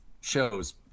shows